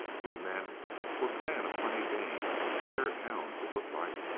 your men were playing a funny game hare and hounds, it looked like.